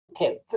Okay